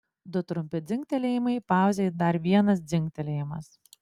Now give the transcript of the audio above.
du trumpi dzingtelėjimai pauzė ir dar vienas dzingtelėjimas